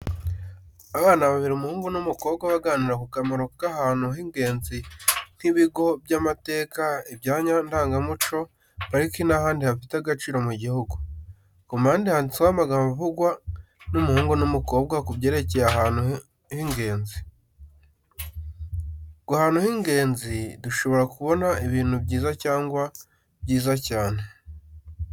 Abana babiri umuhungu n’umukobwa baganira ku kamaro k’ahantu h’ingenzi nk’ibigo by’amateka, ibyanya ndangamuco, pariki n'ahandi hafite agaciro mu gihugu. Ku mpande handitseho amagambo avugwa n’umuhungu n’umukobwa ku byerekeye ahantu h’ingenzi. Ku hantu h’ingenzi, dushobora kubona ibintu byiza cyangwa byiza cyane.